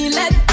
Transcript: let